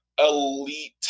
elite